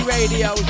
Radio